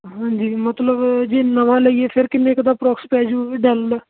ਹਾਂਜੀ ਮਤਲਬ ਜੇ ਨਵਾਂ ਲਈਏ ਫ਼ੇਰ ਕਿੰਨੇ ਕ ਦਾ ਅਪਰੋਕਸ ਪੈਜੂ ਡੈੱਲ ਦਾ